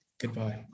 Goodbye